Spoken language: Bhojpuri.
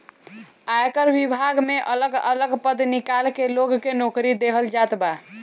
आयकर विभाग में अलग अलग पद निकाल के लोग के नोकरी देहल जात बा